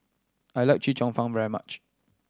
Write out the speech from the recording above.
I like Chee Cheong Fun very much